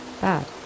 bad